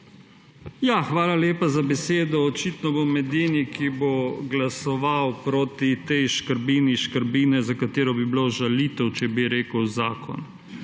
Hvala lepa za besedo. Očitno bom edini, ki bo glasoval proti tej škrbini škrbine, za katero bi bila žalitev, če bi ji rekel zakon.